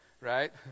right